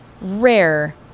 rare